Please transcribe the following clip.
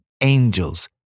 angels